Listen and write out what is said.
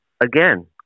Again